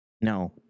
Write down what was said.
No